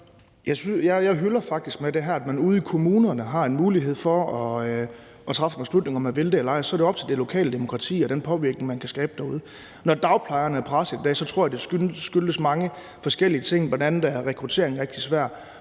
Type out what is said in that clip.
Jeg hylder faktisk det her med, at man ude i kommunerne har mulighed for at træffe en beslutning. Om man vil det eller ej, er det op til det lokale demokrati og den påvirkning, man kan skabe derude. Når dagplejerne er pressede i dag, tror jeg det skyldes mange forskellige ting, bl.a. er rekruttering rigtig svær.